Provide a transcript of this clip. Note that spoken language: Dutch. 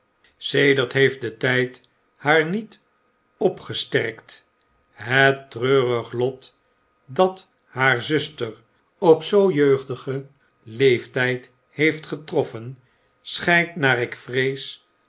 sedert heeft de tijd haar niet opgesterkt het treurig lot dat haar zuster op zoo jeugdigen leeftijd heeft getroffen schijnt naar ik vrees